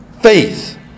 faith